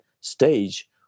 stage